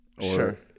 sure